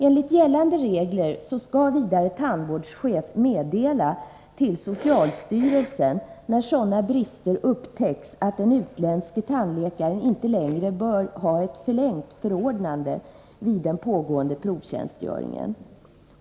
Enligt gällande regler skall vidare tandvårdschefen meddela till socialstyrelsen när sådana brister upptäckts att den utländske tandläkaren inte bör få förlängt förordnande vid den pågående provtjänstgöringen.